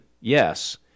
yes